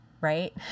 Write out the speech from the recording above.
right